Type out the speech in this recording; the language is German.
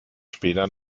später